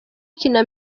kina